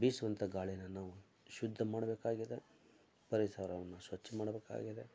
ಬೀಸುವಂಥ ಗಾಳಿನ ನಾವು ಶುದ್ಧ ಮಾಡಬೇಕಾಗಿದೆ ಪರಿಸರವನ್ನು ಸ್ವಚ್ಛ ಮಾಡಬೇಕಾಗಿದೆ